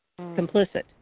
complicit